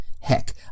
Heck